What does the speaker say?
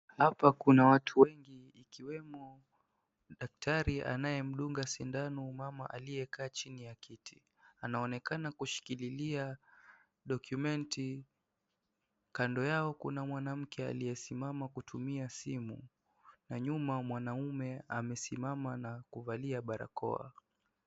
Hapa kuna watu wengi, ikiwemo daktari anayemdunga sindano, mama aliyekaa chini ya kiti. Anaonekana kushikililia document .Kando yao kuna mwanamke aliyesimama kutumia simu na nyuma mwanaume amesimama na kuvalia barakoa.